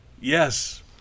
Yes